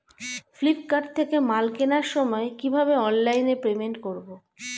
Flipkart থেকে মাল কেনার সময় কিভাবে অনলাইনে পেমেন্ট করব?